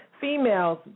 Females